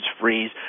freeze